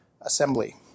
assembly